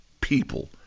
people